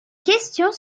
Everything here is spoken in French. questions